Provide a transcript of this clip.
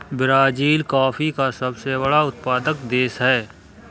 Brazil coffee का सबसे बड़ा उत्पादक देश है